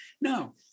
No